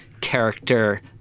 character